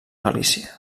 galícia